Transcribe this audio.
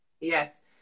Yes